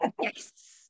Yes